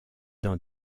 dans